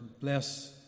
bless